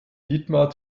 dietmar